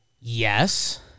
Yes